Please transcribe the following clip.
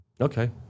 Okay